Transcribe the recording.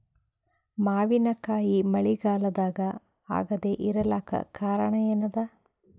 ಮಾವಿನಕಾಯಿ ಮಳಿಗಾಲದಾಗ ಆಗದೆ ಇರಲಾಕ ಕಾರಣ ಏನದ?